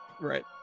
Right